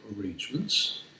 arrangements